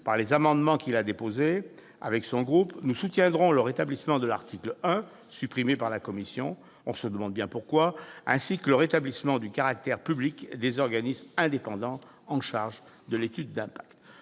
par les amendements qu'il a déposés avec son groupe, nous soutiendrons le rétablissement de l'article 1er, supprimé par la commission- on se demande bien pourquoi !-, ainsi que le rétablissement du caractère public des organismes indépendants chargés de réaliser l'étude d'impact.